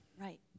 Right